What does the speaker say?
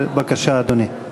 בבקשה, אדוני.